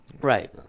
right